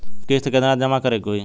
किस्त केतना जमा करे के होई?